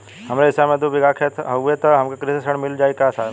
हमरे हिस्सा मे दू बिगहा खेत हउए त हमके कृषि ऋण मिल जाई साहब?